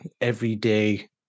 everyday